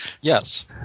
yes